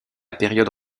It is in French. période